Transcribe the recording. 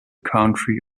country